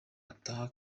ataha